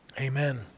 Amen